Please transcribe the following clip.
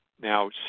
now